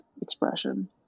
expression